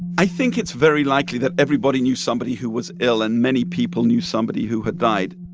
i think it's very likely that everybody knew somebody who was ill, and many people knew somebody who had died.